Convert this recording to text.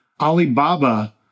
Alibaba